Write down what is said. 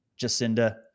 Jacinda